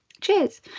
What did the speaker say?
cheers